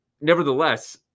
Nevertheless